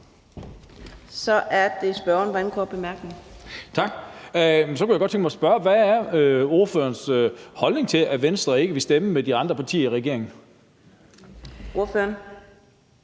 Boje Mathiesen (UFG): Tak. Så kunne jeg godt tænke mig at spørge: Hvad er ordførerens holdning til, at Venstre ikke vil stemme sammen med de andre partier i regeringen? Kl.